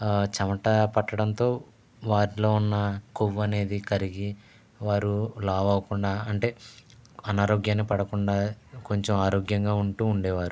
చమట పట్టడంతో వారిలో ఉన్న కొవ్వు అనేది కరిగి వారు లావు అవ్వకుండా అంటే అనారోగ్యం పడకుండా కొంచెం ఆరోగ్యంగా ఉంటూ ఉండేవారు